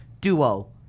duo